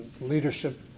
leadership